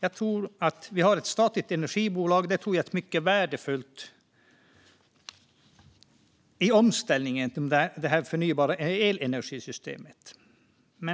Att vi har ett statligt energibolag tror jag är mycket värdefullt i omställningen till ett förnybart elenergisystem.